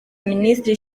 minisiteri